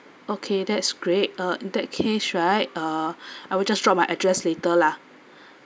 okay that's great uh in that case right uh I will just drop my address later lah